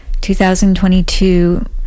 2022